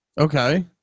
Okay